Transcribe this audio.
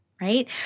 right